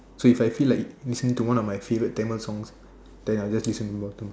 so I feel like listen to one of my favourite Tamil songs then I'll just listen the bottom